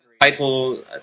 title